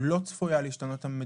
אנחנו פותחים את הישיבה.